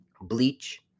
Bleach